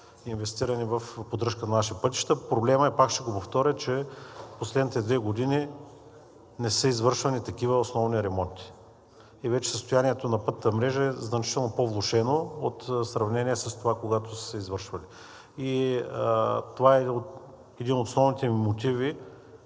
инвестирани в поддръжка на нашите пътища. Проблемът е, пак ще го повторя, че последните две години не са извършвани такива основни ремонти и вече състоянието на пътната мрежа е значително по-влошено в сравнение с това, когато са се извършвали. И това е един от основните ми мотиви